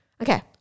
Okay